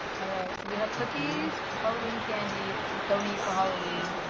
all right, so we have cookies, halloween candy. it says don't eat. for halloween.